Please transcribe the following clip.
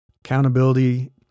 Accountability